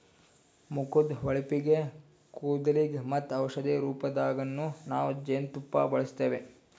ಮುಖದ್ದ್ ಹೊಳಪಿಗ್, ಕೂದಲಿಗ್ ಮತ್ತ್ ಔಷಧಿ ರೂಪದಾಗನ್ನು ನಾವ್ ಜೇನ್ತುಪ್ಪ ಬಳಸ್ತೀವಿ